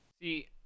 See